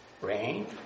Rain